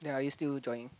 ya are you still joining